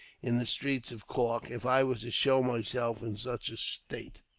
in the streets of cork, if i were to show myself in such a state!